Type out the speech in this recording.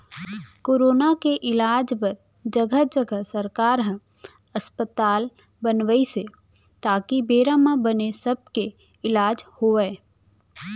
corona के इलाज बर जघा जघा सरकार ह अस्पताल बनवाइस हे ताकि बेरा म बने सब के इलाज होवय